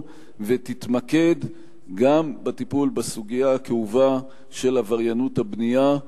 ותתמקד גם בטיפול בסוגיה הכאובה של עבריינות הבנייה,